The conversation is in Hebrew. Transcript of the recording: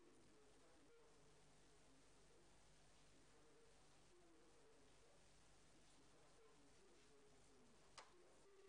09:33.